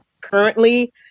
currently